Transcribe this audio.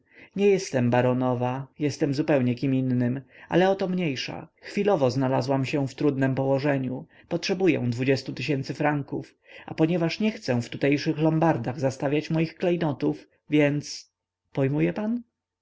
nie jestem baronowa jestem zupełnie kim innym ale o to mniejsza chwilowo znalazłam się w trudnem położeniu potrzebuję franków a ponieważ nie chcę w tutejszych lombardach zastawiać moich klejnotów więc pojmuje pan